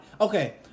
okay